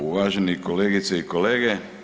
Uvažene kolegice i kolege.